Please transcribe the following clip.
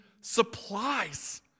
supplies